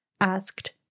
asked